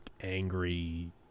angry